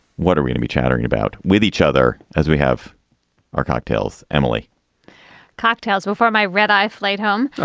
what are we to be chattering about with each other as we have our cocktails? emily cocktails before my red eye flight home.